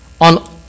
on